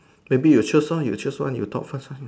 maybe you choose lor you choose one you talk first lah